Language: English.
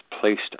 placed